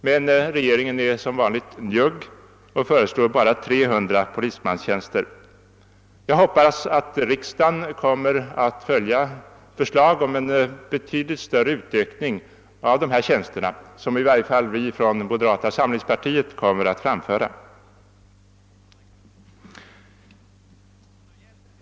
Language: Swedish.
Men regeringen är som vanligt njugg och föreslår bara 300 polismanstjänster. Jag hoppas att riksdagen kommer att följa förslag om en betydligt större utökning av antalet tjänster som i varje fall vi inom moderata samlingspartiet kommer «att framföra.